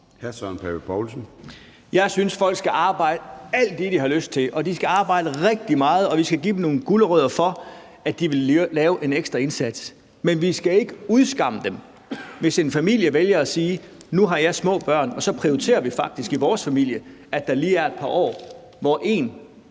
Jeg synes, at folk skal arbejde alt det, de har lyst til, at de skal arbejde rigtig meget, og at vi skal give dem en gulerod, så de vil gøre en ekstra indsats. Men vi skal ikke udskamme nogen, hvis en familie vælger at sige, at de nu har små børn, og at de i deres familie så faktisk prioriterer, at der lige er et par år, hvor en